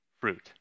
fruit